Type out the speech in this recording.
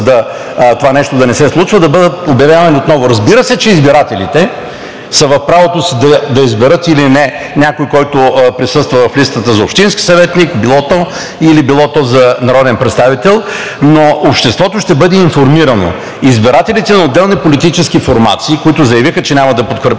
това нещо да не се случва, да бъдат обявявани отново. Разбира се, избирателите са в правото си да изберат или не някого, който присъства в листата за общински съветник, било то и за народен представител, но обществото ще бъде информирано. Избирателите на отделни политически формации, които заявиха, че няма да потвърдят този